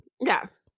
Yes